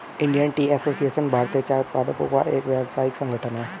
Indian tea association भारतीय चाय उत्पादकों का एक व्यावसायिक संगठन है